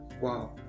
wow